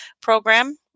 program